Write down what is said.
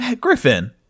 griffin